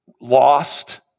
lost